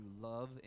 love